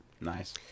Nice